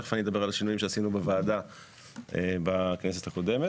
ותיכף אני אדבר על שינויים שעשינו בוועדה בכנסת הקודמת